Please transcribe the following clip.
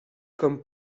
comme